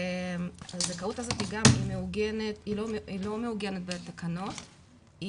הזכאות הזאת גם לא מעוגנת בתקנות,